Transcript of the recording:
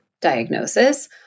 diagnosis